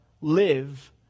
live